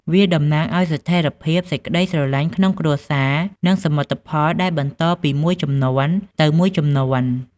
វាតំណាងឱ្យស្ថេរភាព សេចក្ដីស្រឡាញ់ក្នុងគ្រួសារ និងសមិទ្ធផលដែលបន្តពីមួយជំនាន់ទៅមួយជំនាន់។